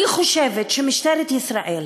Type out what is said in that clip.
אני חושבת שמשטרת ישראל,